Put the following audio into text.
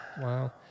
Wow